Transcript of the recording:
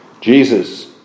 Jesus